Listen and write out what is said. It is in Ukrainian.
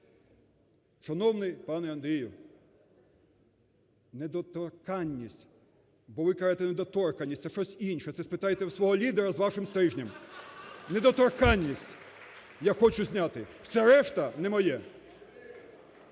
Шановний пане Андрію, недоторкaнність, бо ви кажете недоторканість – це щось інше, це спитайте в свого лідера з вашим стрижнем. Недоторкaнність я хочу зняти, все решта – не моє.